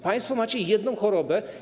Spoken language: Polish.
Państwo macie jedną chorobę.